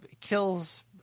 kills